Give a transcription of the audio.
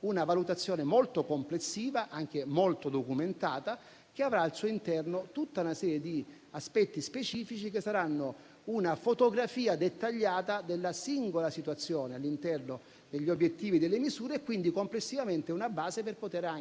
una valutazione molto complessiva e molto documentata, che avrà al suo interno tutta una serie di aspetti specifici che saranno una fotografia dettagliata della singola situazione all'interno degli obiettivi e delle misure, quindi complessivamente una base per costruire una